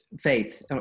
faith